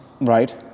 Right